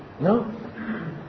No